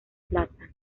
plaza